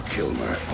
Kilmer